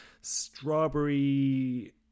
strawberry